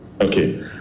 Okay